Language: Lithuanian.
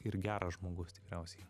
ir geras žmogus tikriausiai